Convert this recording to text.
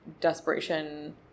desperation